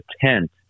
tent